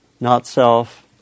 not-self